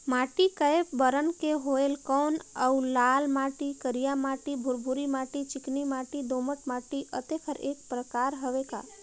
माटी कये बरन के होयल कौन अउ लाल माटी, करिया माटी, भुरभुरी माटी, चिकनी माटी, दोमट माटी, अतेक हर एकर प्रकार हवे का?